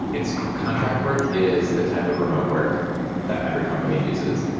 its contract work is the type of remote work that every company uses.